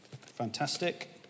fantastic